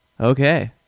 okay